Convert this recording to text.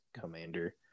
Commander